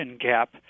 gap